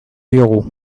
diogu